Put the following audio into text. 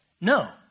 No